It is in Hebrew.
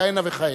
כהנה וכהנה.